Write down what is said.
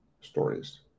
stories